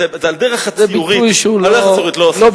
זה ביטוי שהוא לא במקומו.